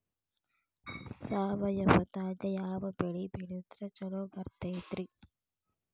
ಸಾವಯವದಾಗಾ ಯಾವ ಬೆಳಿ ಬೆಳದ್ರ ಛಲೋ ಬರ್ತೈತ್ರಿ?